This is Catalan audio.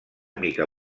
mica